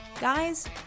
Guys